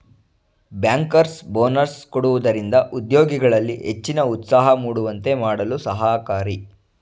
bankers bonus ಕೊಡುವುದರಿಂದ ಉದ್ಯೋಗಿಗಳಲ್ಲಿ ಹೆಚ್ಚಿನ ಉತ್ಸಾಹ ಮೂಡುವಂತೆ ಮಾಡಲು ಸಹಕಾರಿ